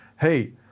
hey